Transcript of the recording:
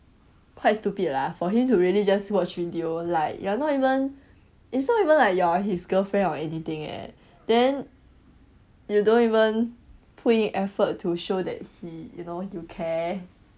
quite stupid lah for him to really just watch video like you're not even it's not even like you are his girlfriend or anything eh then you don't even put effort to show that he you know you care